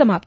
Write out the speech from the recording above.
समाप्त